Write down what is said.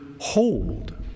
hold